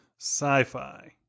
Sci-fi